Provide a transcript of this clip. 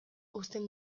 uzten